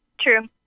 True